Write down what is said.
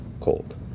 cold